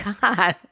God